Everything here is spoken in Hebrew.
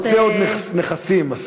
עוד נכסים.